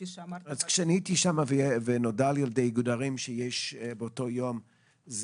כשהייתי שם ונודע לי שיש באותו יום,